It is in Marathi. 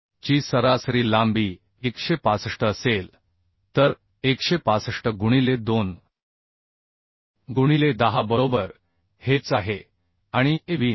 ची सरासरी लांबी 165असेल तर 165 गुणिले 2 गुणिले 10 बरोबर हेच आहे आणि Avn